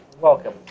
Welcome